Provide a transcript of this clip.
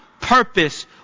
purpose